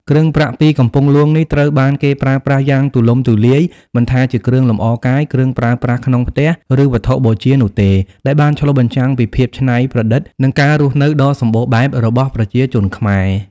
គ្រឿងប្រាក់ពីកំពង់ហ្លួងនេះត្រូវបានគេប្រើប្រាស់យ៉ាងទូលំទូលាយ មិនថាជាគ្រឿងលម្អកាយ គ្រឿងប្រើប្រាស់ក្នុងផ្ទះ ឬវត្ថុបូជានោះទេ ដែលបានឆ្លុះបញ្ចាំងពីភាពច្នៃប្រឌិត និងការរស់នៅដ៏សម្បូរបែបរបស់ប្រជាជនខ្មែរ។